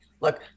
look